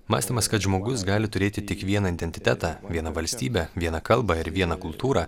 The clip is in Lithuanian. mąstymas kad žmogus gali turėti tik vieną identitetą vieną valstybę vieną kalbą ir vieną kultūrą